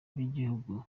by’igihugu